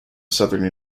southern